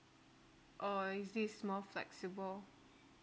or is this more flexible